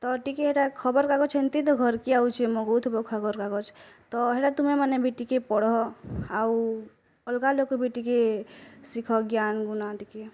ତ ଟିକେ ହେଇଟା ଖବର୍ କାଗଜ୍ ହେନ୍ତି ତ ଘର୍ କି ଆଉଛେ ମଗାଉଥିବ ଖବରକାଗଜ ତ ହେଇଟା ତୁମେ ମାନେ୍ ବି ଟିକେ ପଢ଼ ଆଉ ଅଲଗା ଲୋକ୍ ବି ଟିକେ ଶିଖ୍ ଜ୍ଞାନ୍ ଗୁନା ଟିକିଏ